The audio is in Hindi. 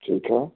ठीक है